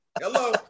Hello